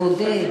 בודד,